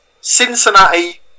Cincinnati